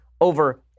over